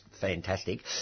fantastic